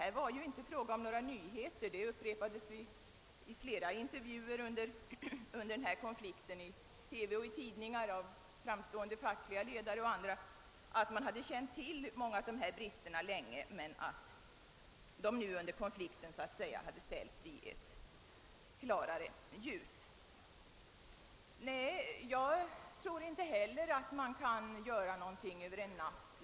Här var det ju inte fråga om några nyheter — detta upprepades vid flera intervjuer i TV och tidningar av framstående ledare och andra under konflikten. De förklarade att man hade känt till bristerna länge men att dessa under konflikten så att säga hade framstått i ett klarare ljus. Jag tror inte heller att man kan åstadkomma mycket över en natt.